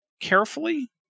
carefully